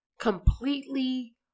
Completely